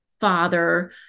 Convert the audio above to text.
father